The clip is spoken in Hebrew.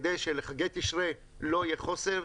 כדי שלחגי תשרי לא יהיה חוסר.